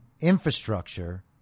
infrastructure